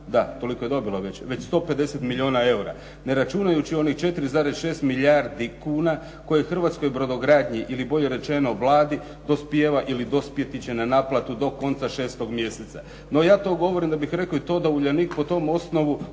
da, toliko je dobila, već 150 milijuna eura, ne računajući onih 4,6 milijardi kuna koje hrvatskoj brodogradnji ili bolje rečeno Vladi dospijeva ili dospjeti će na naplatu do konca 6 mjeseca. No, ja to govorim da bih rekli to da Uljanik po tom osnovu